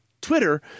Twitter